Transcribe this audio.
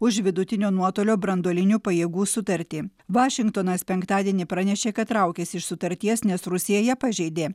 už vidutinio nuotolio branduolinių pajėgų sutartį vašingtonas penktadienį pranešė kad traukiasi iš sutarties nes rusija ją pažeidė